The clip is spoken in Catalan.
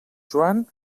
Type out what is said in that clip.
joan